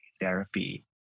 therapy